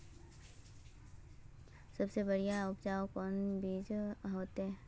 सबसे बढ़िया उपज कौन बिचन में होते?